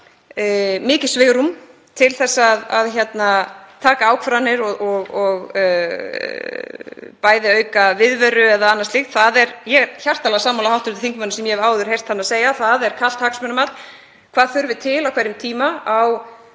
mikið svigrúm til þess að taka ákvarðanir og bæði auka viðveru og annað slíkt. Ég er hjartanlega sammála hv. þingmanni og því sem ég hef áður heyrt hana segja. Það er kalt hagsmunamat hvað þurfi til á hverjum tíma á